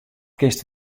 kinst